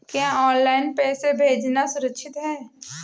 क्या ऑनलाइन पैसे भेजना सुरक्षित है?